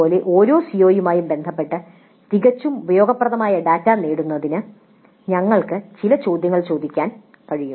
അതുപോലെ ഓരോ CO യുമായി ബന്ധപ്പെട്ട് തികച്ചും ഉപയോഗപ്രദമായ ഡാറ്റ നേടുന്നതിന് ഞങ്ങൾക്ക് ചില ചോദ്യങ്ങൾ ചോദിക്കാൻ കഴിയും